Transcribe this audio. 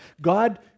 God